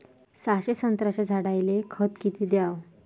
सहाशे संत्र्याच्या झाडायले खत किती घ्याव?